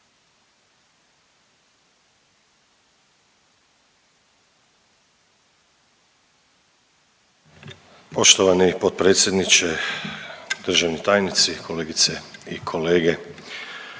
Poštovani potpredsjedniče, državni tajnici, kolegice i kolege.